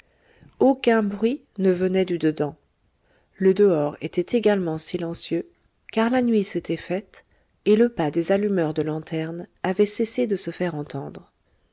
aucun bruit ne venait du dedans le dehors était également silencieux car la nuit s'était faite et le pas des allumeurs de lanternes avait cessé de se faire entendre